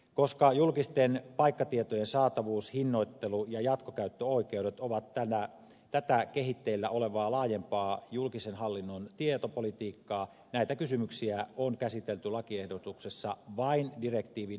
koska julkisten paikkatietojen saatavuus hinnoittelu ja jatkokäyttöoikeudet ovat tätä kehitteillä olevaa laajempaa julkisen hallinnon tietopolitiikkaa näitä kysymyksiä on käsitelty lakiehdotuksessa vain direktiivin minimivaatimusten mukaisesti